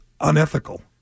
unethical